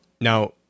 now